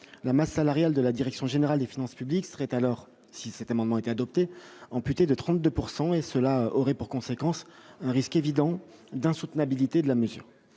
la masse salariale de la direction générale des finances publiques serait alors si cet amendement était adopté, amputée de 32 pourcent et cela aurait pour conséquence un risque évident d'un soutenabilité de la mesure,